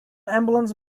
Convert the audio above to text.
ambulance